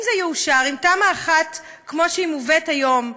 אם זה יאושר, אם תמ"א 1, כמו שהיא מובאת היום,